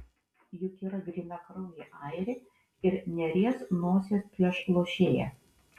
juk yra grynakraujė airė ir neries nosies prieš lošėją